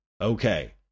Okay